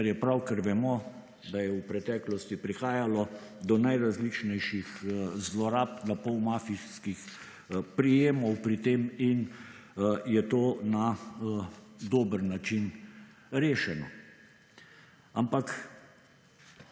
kar je prav, ker vemo, daje v preteklosti prihajalo do najrazličnejših zlorab, na pol mafijskih prijemov pri tem in je to na dober način rešeno. Ampak,